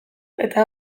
eta